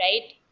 right